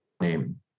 name